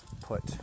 put